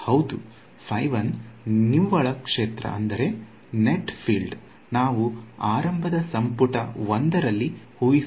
ಹೌದು ನಿವ್ವಳ ಕ್ಷೇತ್ರವೇ ನೆಟ್ ಫೀಲ್ಡ್ ನಾವು ಆರಂಭದ ಸಂಪುಟ 1ರಲ್ಲಿ ಊ ಹಿಸುತ್ತೇವೆ ಸಂಪುಟ 2